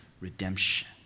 redemption